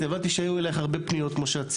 הבנתי שהיו אלייך הרבה פניות כמו שאת ציינת,